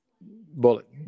bullet